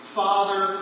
father